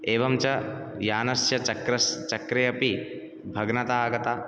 एवं च यानस्य चक्रस् चक्रे अपि भग्नता आगता